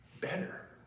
better